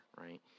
right